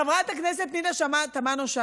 חברת הכנסת פנינה תמנו-שטה,